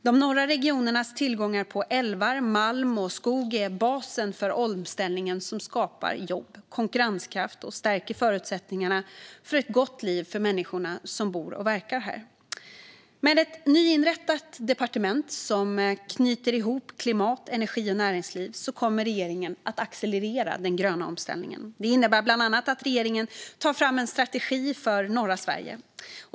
De norra regionernas tillgångar i form av älvar, malm och skog är basen för omställningen som skapar jobb och konkurrenskraft och stärker förutsättningarna för ett gott liv för människorna som bor och verkar här. Med ett nyinrättat departement som knyter ihop klimat, energi och näringsliv kommer regeringen att accelerera den gröna omställningen. Det innebär bland annat att regeringen tar fram en strategi för norra Sverige.